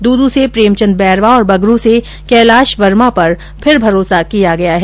दूदू से प्रेम चंद बैरवा तथा बगरू से कैलाश वर्मा पर फिर भरोसा किया गया है